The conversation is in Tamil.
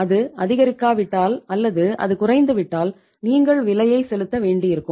அது அதிகரிக்காவிட்டால் அல்லது அது குறைந்துவிட்டால் நீங்கள் விலையை செலுத்த வேண்டியிருக்கும்